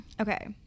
Okay